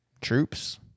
troops